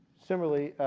similarly,